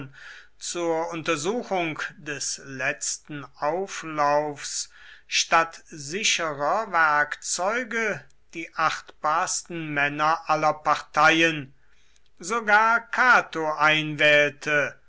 zur untersuchung des letzten auflaufs statt sicherer werkzeuge die achtbarsten männer aller parteien sogar cato